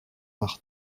par